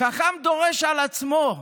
חכם דורש על עצמו.